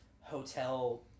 hotel